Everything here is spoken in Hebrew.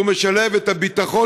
שמשלב את הביטחון,